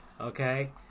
Okay